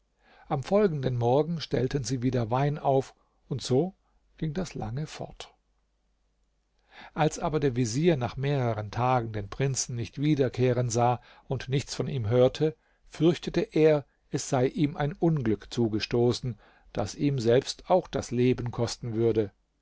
am folgenden morgen stellten sie wieder wein auf und so ging das lange fort als aber der vezier nach mehreren tagen den prinzen nicht wiederkehren sah und nichts von ihm hörte fürchtete er es sei ihm ein unglück zugestoßen das ihm selbst auch das leben kosten würde